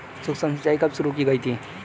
सूक्ष्म सिंचाई कब शुरू की गई थी?